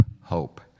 hope